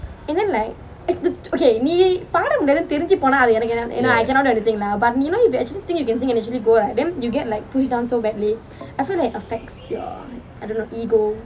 ya